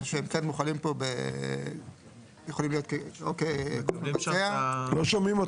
אני חושב ששוב, בלי לבדוק את